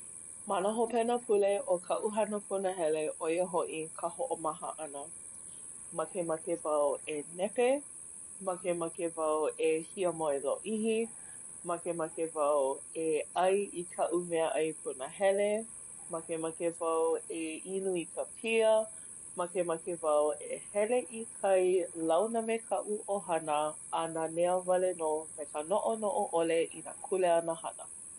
Ma nā hopenapule o kaʻu hana punahele ʻo ia hoʻi ka hoʻomaha ʻana. Makemake wau e nepe. Makemake wau e hiamoe lōʻihi. Makemake wau e ʻai i kaʻu meaʻai punahele. Makemake wau e inu i ka pia. Makemake wau e hele i kai, launa me kaʻu ʻohana a nanea wale nō me ka noʻonoʻo ʻole i nā kuleana hana.